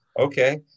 okay